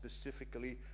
specifically